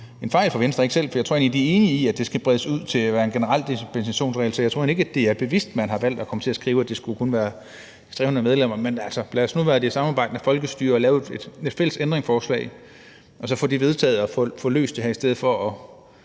en fejl fra Venstres side, for jeg tror, de er enige i, at det skal bredes ud til at være en generel dispensationsregel. Så jeg tror egentlig ikke, det er bevidst, at man har valgt at komme til at skrive, at det kun skulle være i forhold til det med de 300 medlemmer. Men altså, lad os nu være det samarbejdende folkestyre og lave et fælles ændringsforslag og så få det vedtaget og få løst det her, i stedet for at